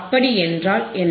அப்படியென்றால் என்ன